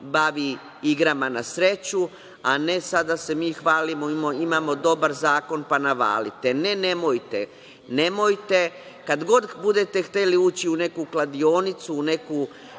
igrama na sreću a ne sada da se mi hvalimo – imamo dobar zakon pa navalite. Ne, nemojte. Nemojte, kad god budete hteli ući u neku kladionicu, u neku